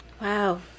Wow